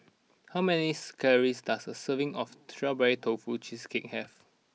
how many does a serving of Strawberry Tofu Cheesecake have